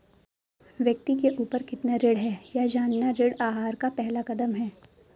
व्यक्ति के ऊपर कितना ऋण है यह जानना ऋण आहार का पहला कदम है